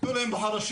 תנו להם בחורשים.